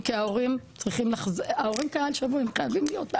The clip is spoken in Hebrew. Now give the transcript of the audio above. כמו אם יש מישהי שהיא חסרת סבלנות.